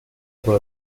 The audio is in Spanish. por